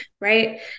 right